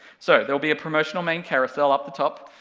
so, there'll be a promotional main carousel up the top,